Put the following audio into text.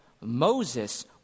Moses